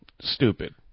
stupid